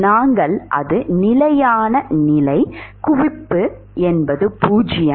நாங்கள் அது நிலையான நிலை குவிப்பு பூஜ்யம்